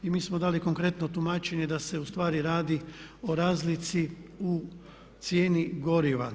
I mi smo dali konkretno tumačenje da se ustvari radi o razlici o cijeni goriva.